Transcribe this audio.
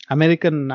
American